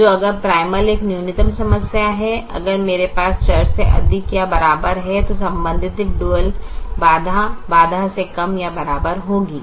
तो अगर प्राइमल एक न्यूनतम समस्या है अगर मेरे पास चर से अधिक या बराबर है तो संबंधित डुअल बाधा बाधा से कम या बराबर होगी